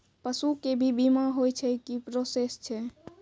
पसु के भी बीमा होय छै, की प्रोसेस छै?